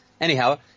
Anyhow